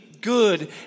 good